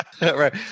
Right